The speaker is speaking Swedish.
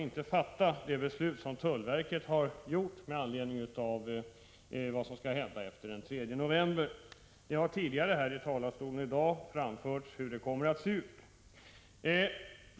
På annat sätt kan tullverkets beslut om vad som skall hända efter den 3 november inte uppfattas. Det har tidigare i dag här ifrån talarstolen framförts hur det kommer att se ut.